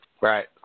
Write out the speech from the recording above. Right